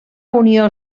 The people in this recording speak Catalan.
unió